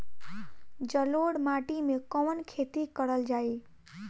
जलोढ़ माटी में कवन खेती करल जाई?